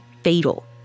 fatal